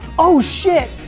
oh shit,